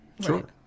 Sure